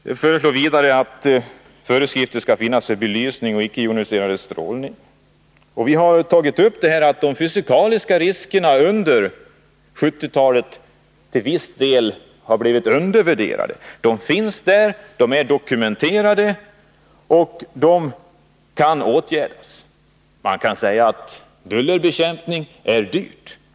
Vi föreslår vidare att föreskrifter skall finnas för belysning och icke-joniserande strålning. Vi har tagit upp detta, att de fysikaliska riskerna under 1970-talet till viss del har undervärderats. De finns där — de är dokumenterade och kan åtgärdas. Man kan säga att bullerbekämpning är dyrt.